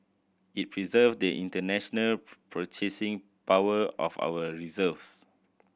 it preserve the international purchasing power of our reserves